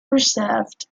reserved